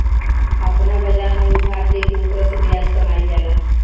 आपना बाजार में उधार देके ओकरा से ब्याज कामईल जाला